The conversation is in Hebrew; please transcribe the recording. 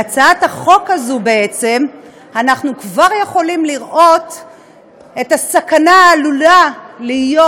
בהצעת החוק הזאת בעצם אנחנו כבר יכולים לראות את הסכנה העלולה להיות,